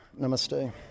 namaste